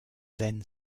then